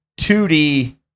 2D